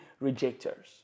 rejectors